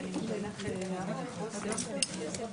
הישיבה.